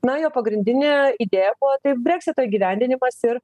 na jo pagrindinė idėja buvo tai breksito įgyvendinimas ir